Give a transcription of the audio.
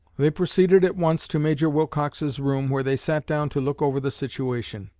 they proceeded at once to major wilcox's room, where they sat down to look over the situation.